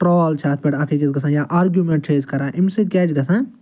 troll چھِ اتھ پٮ۪ٹھ اکھ أکِس گژھان یا آرگیوٗمینٹ چھِ أسۍ کران امہِ سۭتۍ کیٚاہ چھِ گژھان